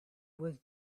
was